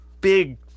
big